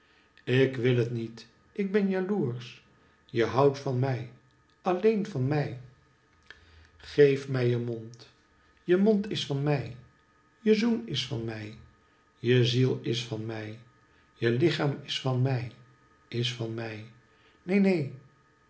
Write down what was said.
ik wil het niet ik ben jaloersch je houdt van mij alleen van mij geef mij je mond je mond is van mij je zoen is van mij je ziel is van mij je lichaam is van mij is van mij neen neen